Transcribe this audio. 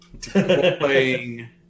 playing